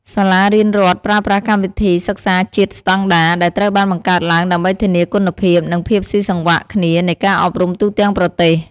សាលារៀនរដ្ឋប្រើប្រាស់កម្មវិធីសិក្សាជាតិស្តង់ដារ ដែលត្រូវបានបង្កើតឡើងដើម្បីធានាគុណភាព និងភាពស៊ីសង្វាក់គ្នានៃការអប់រំទូទាំងប្រទេស។